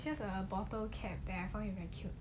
oh it's just a bottle cap that I found it very cute